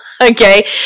Okay